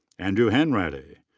andrew hanratty.